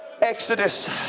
Exodus